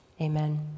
Amen